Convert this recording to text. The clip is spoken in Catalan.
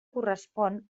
correspon